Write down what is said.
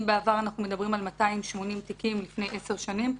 אם לפני עשר שנים היו 280 תיקים,